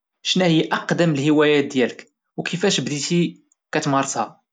شناهيا اقدم الهوايات ديالك وكيفاش بديتي كتمارسها؟